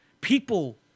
People